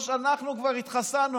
אנחנו כבר התחסנו.